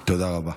תודה רבה.